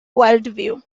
worldview